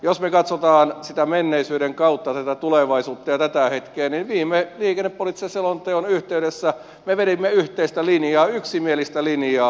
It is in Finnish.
jos me katsomme menneisyyden kautta tulevaisuutta ja tätä hetkeä niin viime liikennepoliittisen selonteon yhteydessä me vedimme yhteistä linjaa yksimielistä linjaa